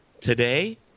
Today